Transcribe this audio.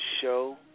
show